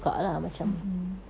mm mm